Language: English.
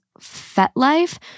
FetLife